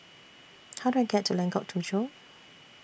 How Do I get to Lengkok Tujoh